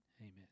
Amen